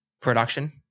production